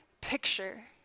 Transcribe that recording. picture